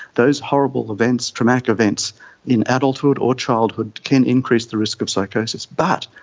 those horrible events, traumatic events in adulthood or childhood can increase the risk of psychosis. but,